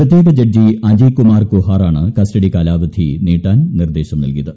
പ്രത്യേക ജഡ്ജി അജയ് കുമാർ കുഹാറാണ് കസ്റ്റഡി കാലാവധി നീട്ടാൻ നിർദ്ദേശം നൽകിയത്